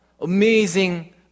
amazing